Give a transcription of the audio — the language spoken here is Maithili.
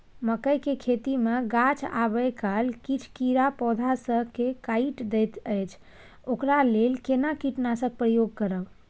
मकई के खेती मे गाछ आबै काल किछ कीरा पौधा स के काइट दैत अछि ओकरा लेल केना कीटनासक प्रयोग करब?